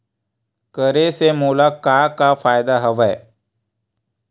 करे से मोला का का फ़ायदा हवय?